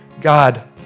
God